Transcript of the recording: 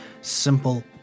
simple